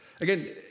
Again